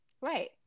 right